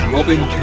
Robin